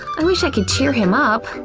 i wish i could cheer him up.